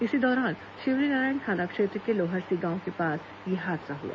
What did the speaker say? इसी दौरान शिवरीनारायण थाना क्षेत्र के लोहरसी गांव के पास यह हादसा हुआ